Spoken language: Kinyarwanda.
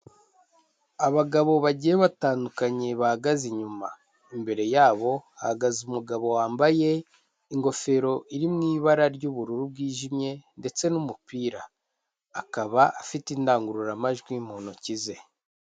Abagabo bagiye batandukanye bahagaze inyuma, imbere yabo hahagaze umugabo wambaye ingofero iri mu ibara ry'ubururu bwijimye, ndetse n'umupira, akaba afite indangururamajwi mu ntoki ze.